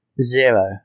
Zero